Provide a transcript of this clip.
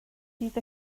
bydd